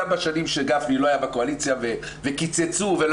גם בשנים שגפני לא היה בקואליציה וקיצצו ולא